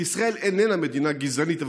כי ישראל איננה מדינה גזענית,